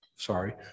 sorry